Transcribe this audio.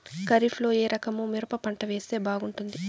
ఖరీఫ్ లో ఏ రకము మిరప పంట వేస్తే బాగుంటుంది